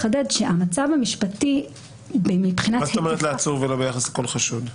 מה זאת אומרת ביחס לעצור ולא ביחס לכל חשוד?